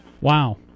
Wow